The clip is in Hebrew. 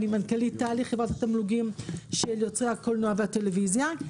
מנכ"לית תל"י חברת התמלוגים של יוצרי הקולנוע והטלוויזיה.